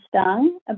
stung